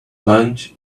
lunch